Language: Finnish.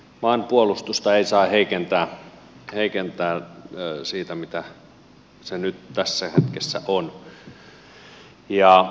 maanpuolustusta ei saa heikentää siitä mitä se nyt tällä hetkellä on